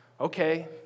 Okay